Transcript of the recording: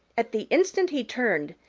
at the instant he turned,